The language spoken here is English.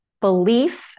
belief